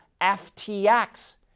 FTX